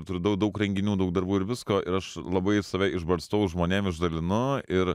turiu daug daug renginių daug darbų ir visko ir aš labai save išbarstau žmonėm išdalinu ir